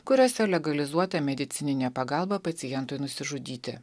kuriuose legalizuota medicininė pagalba pacientui nusižudyti